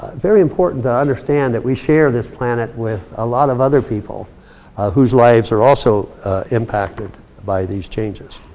very important to understand that we share this planet with a lot of other people whose lives are also impacted by these changes.